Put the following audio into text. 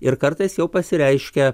ir kartais jau pasireiškia